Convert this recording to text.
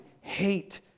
hate